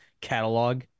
catalog